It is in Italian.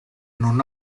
non